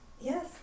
Yes